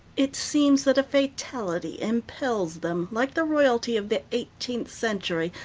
it seems that a fatality impels them, like the royalty of the eighteenth century,